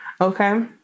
Okay